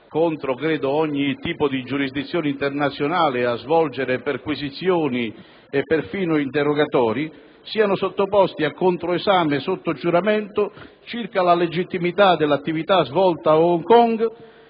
contro ogni tipo di giurisdizione internazionale) a svolgere perquisizioni e perfino interrogatori, fossero sottoposti a controesame sotto giuramento, circa la legittimità dell'attività svolta a Hong Kong